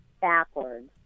backwards